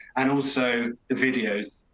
and also the videos.